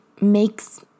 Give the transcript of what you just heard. makes